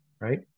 right